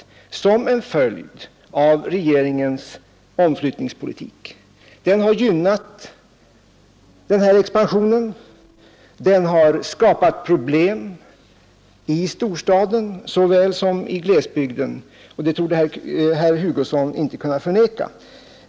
Detta är en följd av regeringens omflyttningspolitik, som gynnat denna expansion. Att denna utveckling har skapat problem i storstaden såväl som i glesbygden torde herr Hugosson inte kunna förneka.